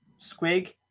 squig